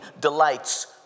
delights